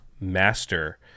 Master